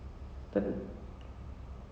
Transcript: have you watch game of thrones